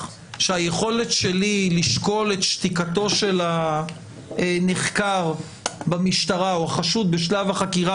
שהיכולת שלו לשקול את שתיקתו של הנחקר במשטרה או החשוד בשלב החקירה,